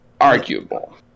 Arguable